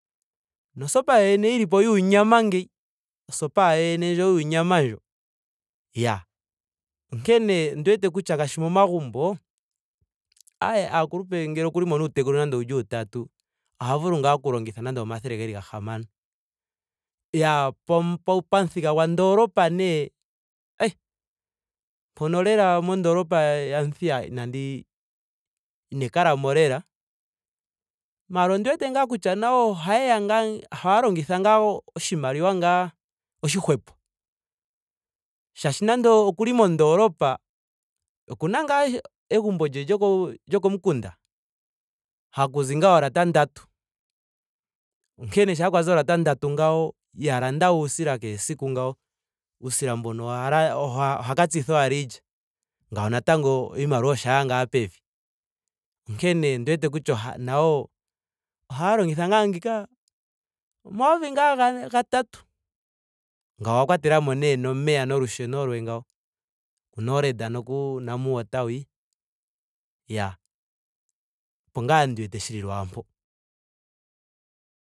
Nosopa yoyene yilipo yuunyama ngeyi. osopa yoyene yuunyama ndjo. iya. Onkene ondi wete kutya ngaashi momagumbo aaye aakulupe ngele okuli mo naatekulu yeli nenge yatatu oha vulu ngaa oku longitha nando omathele gahamano. Iyaa po- pamuthika gwandoolopa nee ai mpono lela mondoolopa ya omuthiya inandi ine kalamo lela. maara ondi wete ngee kutya nayo ohayeya ngaa ohaa longitha ngaa oshimaliwa ngaa ooshihwepo. Shaashi nando okuli mondoolopa. okuna egumbo lye lyo- lyokomukunda. Haku zi ngaa oolata ndatu. onkene shampa kwazi oolata ndatu ngawo iha landa we uusila kehes esiku ngawo. uusila mbono oha la- oha- oha ka tsitha owala iilya. ngawo natango oshimaliwa oshaya ngaa pevi. Onkene ondi wete kutya oha- nayo ohaa longitha ngaa ngiika omayovi ngaa gatatu. ngawo owa kwatelamo nee nomeya nolusheno lwe ngawo. O nored noku namwater hwi. Iyaa osho ngaa ndi wete shili lwaampo